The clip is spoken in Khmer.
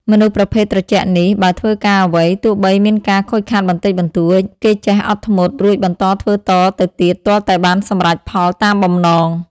មនុស្សប្រភេទត្រជាក់នេះ បើធ្វើការអ្វី ទោះបីមានការខូចខាតបន្តិចបន្តួច គេចេះអត់ធ្មត់រួចបន្តធ្វើតទៅទៀតទាល់តែបានសម្រេចផលតាមបំណង ។